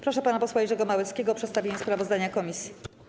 Proszę pana posła Jerzego Małeckiego o przedstawienie sprawozdania komisji.